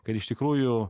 kad iš tikrųjų